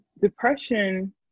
depression